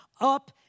up